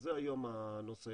שזה היום הנושא,